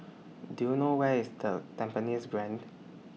Do YOU know Where IS The Tampines Grande